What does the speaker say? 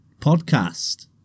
podcast